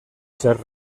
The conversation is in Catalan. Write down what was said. ser